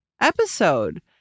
episode